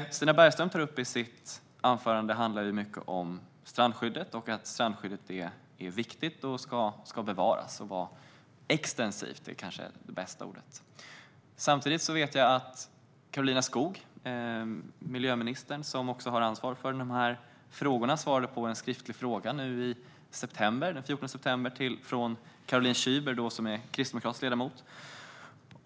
det Stina Bergström tar upp i sitt anförande handlar om strandskyddet - att strandskyddet är viktigt, att det ska bevaras och vara extensivt. Samtidigt vet jag att miljöminister Karolina Skog, som har ansvar för de här frågorna, den 14 september svarade på en skriftlig fråga om detta från Caroline Szyber, som är kristdemokratisk ledamot.